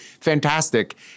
fantastic